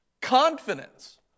Confidence